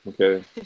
Okay